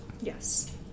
Yes